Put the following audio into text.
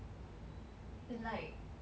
like